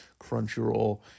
Crunchyroll